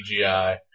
CGI